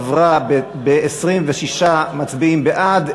עברה ב-26 מצביעים בעד,